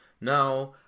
Now